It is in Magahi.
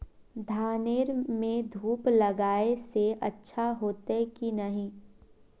धानेर में धूप लगाए से अच्छा होते की नहीं?